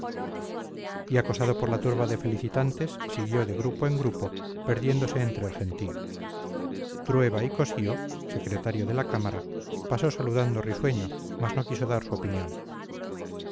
y acosado por la turba de felicitantes siguió de grupo en grupo perdiéndose entre el gentío trueba y cossío secretario de la cámara pasó saludando risueño mas no quiso dar su opinión